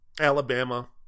Alabama